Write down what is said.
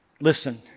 listen